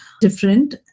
different